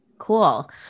Cool